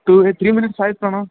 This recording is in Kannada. ಟೂ ಏಯ್ ತ್ರೀ ಮಿನಿಟ್ಸ್ ಆಯ್ತು ಕಣೋ